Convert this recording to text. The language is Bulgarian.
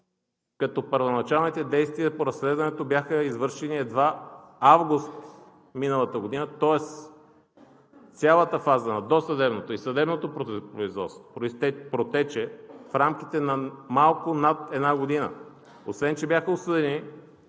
като първоначалните действия по разследването бяха извършени едва месец август миналата година. Тоест цялата фаза на досъдебното и съдебното производство протече в рамките на малко над една година. Освен че бяха осъдени,